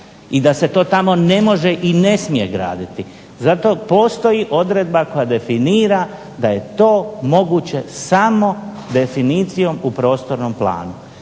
i da se to tamo ne može i ne smije graditi. Zato postoji odredba koja definira da je to moguće samo definicijom u prostornom planu.